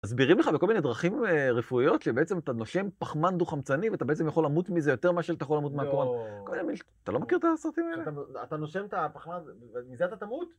מסבירים לך בכל מיני דרכים רפואיות, שבעצם אתה נושם פחמן דו חמצני ואתה בעצם יכול למות מזה יותר משאתה יכול למות מהקורונה. אתה לא מכיר את הסרטים האלה? אתה נושם את הפחמן ומזה אתה תמות?